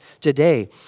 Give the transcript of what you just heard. today